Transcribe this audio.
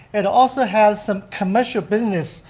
it also has some commercial business.